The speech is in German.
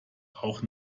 auch